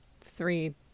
three